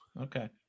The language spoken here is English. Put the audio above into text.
Okay